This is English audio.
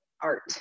art